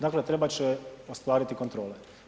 Dakle, trebat će ostvariti kontrole.